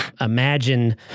imagine